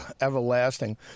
everlasting